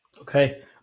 okay